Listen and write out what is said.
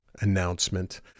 announcement